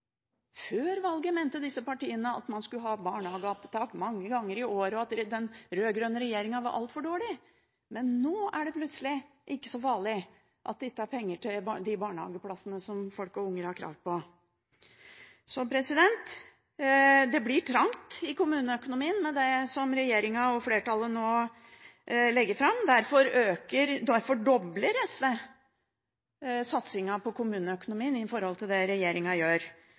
Før valget mente disse partiene at man skulle barnehageopptak mange ganger i året, og at den rød-grønne regjeringen var altfor dårlig. Men nå er det plutselig ikke så farlig at det ikke er penger til de barnehageplassene som folk og unger har krav på. Det blir trangt i kommuneøkonomien med det som regjeringen og flertallet nå legger fram. Derfor dobler SV satsingen på kommuneøkonomien i forhold til hvordan regjeringen satser. Vi mener at vi har råd til det,